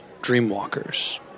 Dreamwalkers